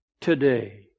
today